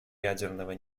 ядерного